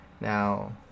now